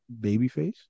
babyface